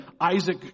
isaac